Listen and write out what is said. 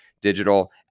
digital